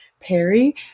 Perry